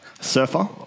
Surfer